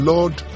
Lord